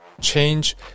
Change